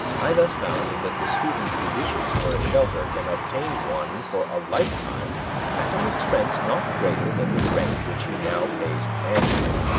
i thus found that the student who wishes for a shelter can obtain one for a lifetime at an expense not greater than the rent which he now pays annually.